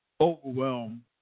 overwhelm